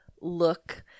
look